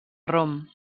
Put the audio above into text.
rom